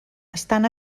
estan